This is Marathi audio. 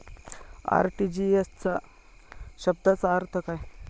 आर.टी.जी.एस या शब्दाचा अर्थ काय?